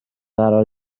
قرار